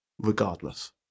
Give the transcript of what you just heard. regardless